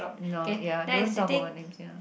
no ya don't talk about themselves